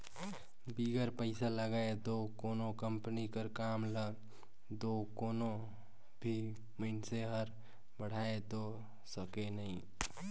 बिगर पइसा लगाए दो कोनो कंपनी कर काम ल दो कोनो भी मइनसे हर बढ़ाए दो सके नई